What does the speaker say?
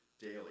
daily